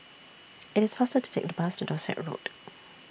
IT IS faster to Take The Bus to Dorset Road